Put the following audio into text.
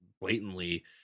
blatantly